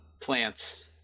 plants